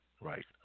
right